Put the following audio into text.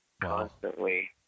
Constantly